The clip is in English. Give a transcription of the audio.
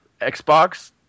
Xbox